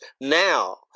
now